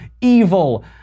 evil